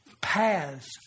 paths